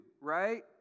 right